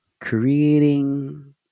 creating